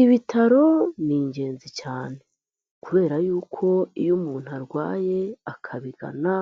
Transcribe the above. Ibitaro ni ingenzi cyane kubera yuko iyo umuntu arwaye akabigana,